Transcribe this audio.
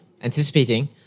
anticipating